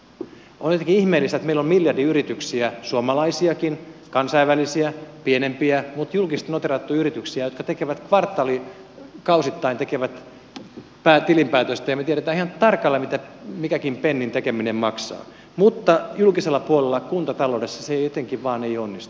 on jotenkin ihmeellistä että meillä on miljardiyrityksiä suomalaisiakin kansainvälisiä pienempiä mutta julkisesti noteerattuja yrityksiä jotka kvartaalikausittain tekevät tilinpäätöstä ja me tiedämme ihan tarkalleen mitä minkäkin pennin tekeminen maksaa mutta julkisella puolella kuntataloudessa se jotenkin vain ei onnistu